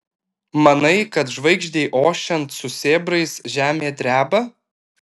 manai kad žvaigždei ošiant su sėbrais žemė dreba